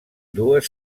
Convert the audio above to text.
dues